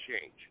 change